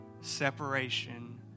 separation